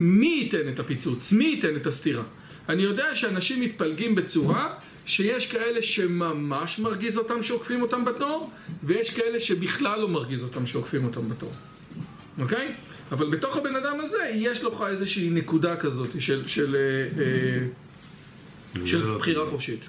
מי ייתן את הפיצוץ? מי ייתן את הסטירה? אני יודע שאנשים מתפלגים בצורה שיש כאלה שממש מרגיז אותם שעוקפים אותם בתור ויש כאלה שבכלל לא מרגיז אותם שעוקפים אותם בתור. אוקיי? אבל בתוך הבן אדם הזה יש לך איזושהי נקודה כזאת של... של בחירה חופשית